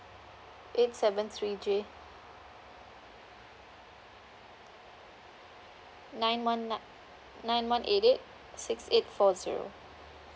eight seven three J nine one nine nine one eight eight six eight four zero